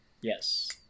Yes